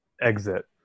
exit